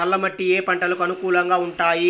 నల్ల మట్టి ఏ ఏ పంటలకు అనుకూలంగా ఉంటాయి?